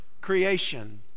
creation